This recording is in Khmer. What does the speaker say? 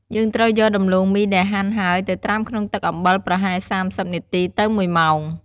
យើងត្រូវយកដំឡូងមីដែលហាន់ហើយ ទៅត្រាំក្នុងទឹកអំបិលប្រហែល ៣០ នាទីទៅ ១ ម៉ោង។